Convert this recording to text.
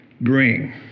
bring